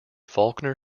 faulkner